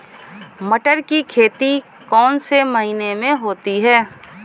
मटर की खेती कौन से महीने में होती है?